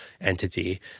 entity